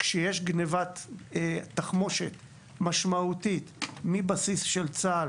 כשיש גנבת תחמושת משמעותית מבסיס של צה"ל,